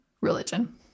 religion